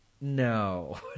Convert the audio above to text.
No